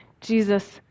Jesus